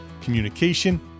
communication